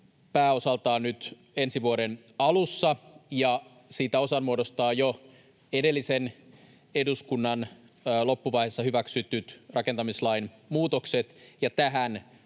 pääosaltaan nyt ensi vuoden alussa, ja siitä osan muodostavat jo edellisen eduskunnan loppuvaiheessa hyväksymät rakentamislain muutokset,